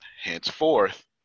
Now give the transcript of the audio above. henceforth